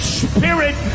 spirit